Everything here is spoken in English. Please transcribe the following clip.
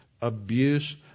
abuse